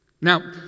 Now